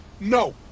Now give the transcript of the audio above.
No